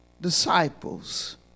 disciples